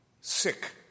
sick